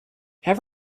have